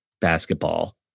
basketball